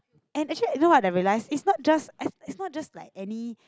and actually you know what I realise is not just is not just like any